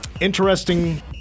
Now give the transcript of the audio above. Interesting